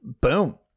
boom